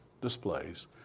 displays